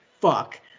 fuck